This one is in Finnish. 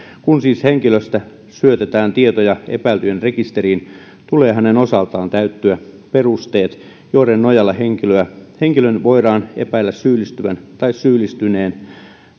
kun siis henkilöstä syötetään tietoja epäiltyjen rekisteriin tulee hänen osaltaan täyttyä perusteiden joiden nojalla henkilön henkilön voidaan epäillä syyllistyvän tai syyllistyneen